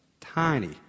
Tiny